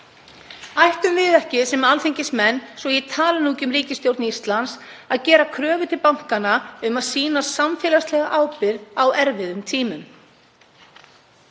Ættum við ekki sem alþingismenn, svo ég tali nú ekki um ríkisstjórn Íslands, að gera kröfu til bankanna um að sýna samfélagslega ábyrgð á erfiðum tímum?